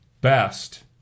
best